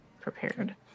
prepared